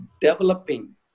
developing